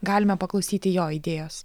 galime paklausyti jo idėjos